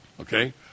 okay